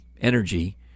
energy